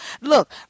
look